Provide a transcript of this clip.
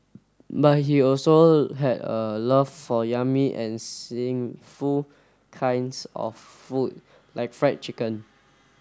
but he also had a love for yummy and sinful kinds of food like Fried Chicken